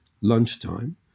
lunchtime